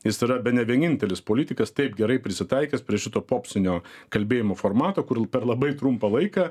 jis yra bene vienintelis politikas taip gerai prisitaikęs prie šito popsinio kalbėjimo formato kur per labai trumpą laiką